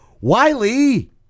Wiley